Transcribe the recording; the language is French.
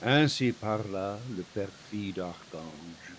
ainsi parla le perfide archange